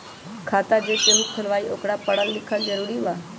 खाता जे केहु खुलवाई ओकरा परल लिखल जरूरी वा?